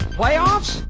playoffs